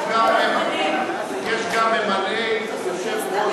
יש גם ממלאי מקום יושבי-ראש